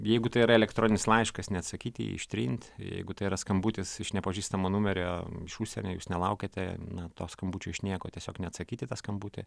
jeigu tai yra elektroninis laiškas neatsakyt į jį ištrint jeigu tai yra skambutis iš nepažįstamo numerio iš užsienio jūs nelaukiate na to skambučio iš nieko tiesiog neatsakyt į tą skambutį